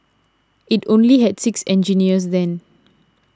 it only had six engineers then